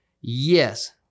Yes